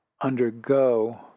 undergo